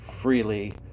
freely